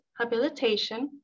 habilitation